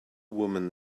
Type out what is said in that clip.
woman